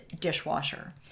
dishwasher